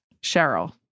Cheryl